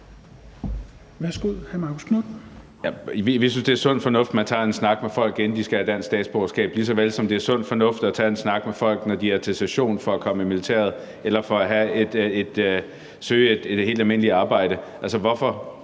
18:10 Marcus Knuth (KF): Vi synes, det er sund fornuft, at man tager en snak med folk, inden de skal have dansk statsborgerskab, lige så vel som det er sund fornuft at tage en snak med folk, når de er til session for at komme i militæret, eller når de søger et helt almindeligt arbejde. Hvorfor